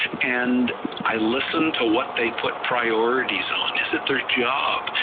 and i listen to what they put priorities on, is it their job,